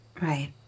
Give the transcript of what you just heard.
Right